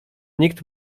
nikt